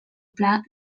pla